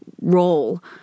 role